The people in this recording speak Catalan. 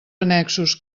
annexos